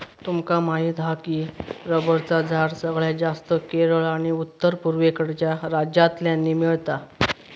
तुमका माहीत हा की रबरचा झाड सगळ्यात जास्तं केरळ आणि उत्तर पुर्वेकडच्या राज्यांतल्यानी मिळता